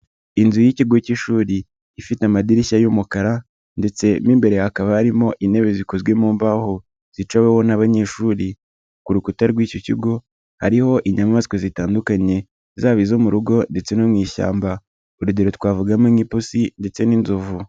Inzu y'ikigo cy'ishuri, ifite amadirishya y'umukara ndetse'imbere hakaba harimo intebe zikozwe mu mbaho zicaweho n'abanyeshuri, ku rukuta rw'icyo kigo hariho inyamaswa zitandukanye, zaba izo mu rugo ndetse no mu ishyamba, urugero twavugamo nk'ipusi ndetse n'inzovu.